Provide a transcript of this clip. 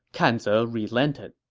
kan ze relented